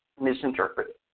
misinterpreted